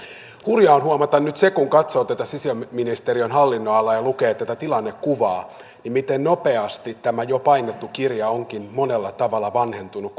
hurjaa on huomata nyt se kun katsoo tätä sisäministeriön hallinnonalaa ja lukee tätä tilannekuvaa miten nopeasti tämä jo painettu kirja onkin monella tavalla vanhentunut